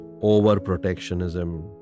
over-protectionism